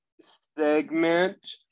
segment